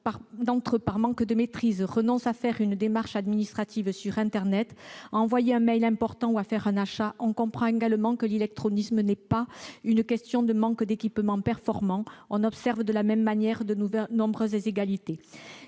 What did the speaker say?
derniers, par manque de maîtrise, renoncent à faire une démarche administrative sur internet, à envoyer un mail important ou à faire un achat, on comprend que l'illectronisme n'est pas qu'une question de manque d'équipement performant. On observe de la même manière de nombreuses inégalités